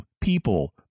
people